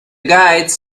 guides